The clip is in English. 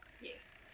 Yes